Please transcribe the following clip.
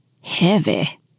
heavy